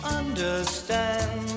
understand